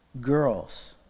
girls